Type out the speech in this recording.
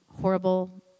horrible